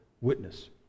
witness